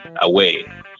away